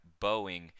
Boeing